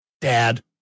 Dad